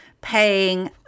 paying